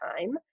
time